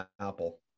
Apple